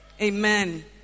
Amen